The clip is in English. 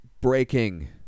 Breaking